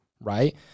right